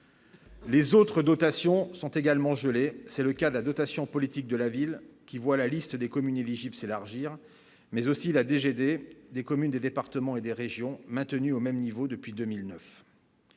Les autres dotations sont également gelés, c'est le cas de la dotation politique de la ville, qui voit la liste des communes éligibles s'élargir, mais aussi la DGT des communes, des départements et des régions, maintenu au même niveau depuis 2009.